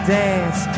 dance